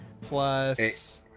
plus